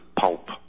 pulp